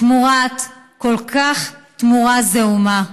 התמורה כל כך זעומה?